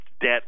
debt